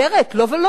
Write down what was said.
לא ולא.